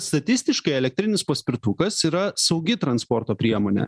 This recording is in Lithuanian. statistiškai elektrinis paspirtukas yra saugi transporto priemonė